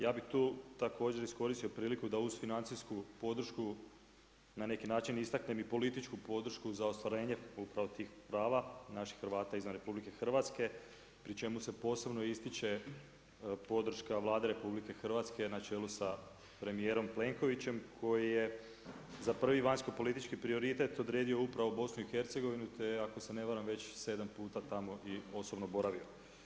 Ja bi također iskoristio priliku da uz financijsku podršku na neki način istaknem i političku podršku za ostvarenje upravo tih prava naših Hrvata izvan RH pri čemu se posebno ističe podrška Vlade RH, na čelu sa premjerom Plenkovićem, koji je za prvi vanjski politički prioritet, odredio upravo BIH te ako se ne varam već 7 puta tamo i osobno boravio.